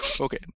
okay